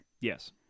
Yes